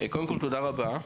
קודם כל, תודה רבה.